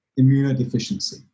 immunodeficiency